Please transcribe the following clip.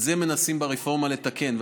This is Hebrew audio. את זה מנסים ברפורמה לתקן,